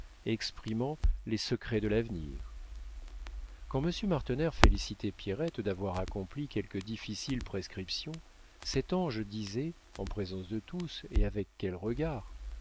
exprimant les secrets de l'avenir quand monsieur martener félicitait pierrette d'avoir accompli quelque difficile prescription cet ange disait en présence de tous et avec quels regards